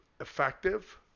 effective